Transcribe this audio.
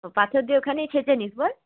ও পাথর দিয়ে ওখানেই ছেঁচে নিস বল